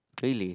really